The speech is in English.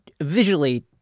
visually